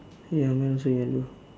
ya mine also yellow